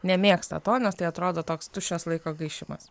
nemėgsta to nes tai atrodo toks tuščias laiko gaišimas